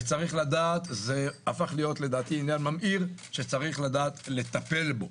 ולדעתי זה הפך להיות עניין ממאיר שצריך לדעת לטפל בו.